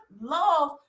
love